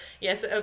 yes